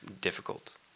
difficult